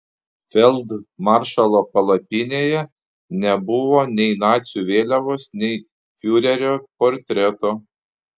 feldmaršalo palapinėje nebuvo nei nacių vėliavos nei fiurerio portreto